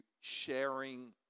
sharing